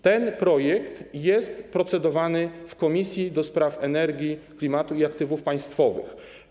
Ten projekt jest procedowany w Komisji do Spraw Energii, Klimatu i Aktywów Państwowych.